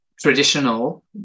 traditional